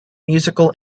musical